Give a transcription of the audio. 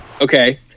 okay